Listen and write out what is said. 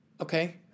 okay